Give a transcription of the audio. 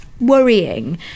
worrying